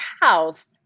house